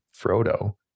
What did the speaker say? Frodo